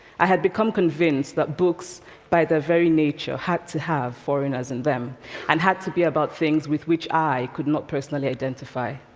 i had become convinced that books by their very nature had to have foreigners in them and had to be about things with which i could not personally identify.